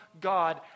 God